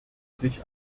sich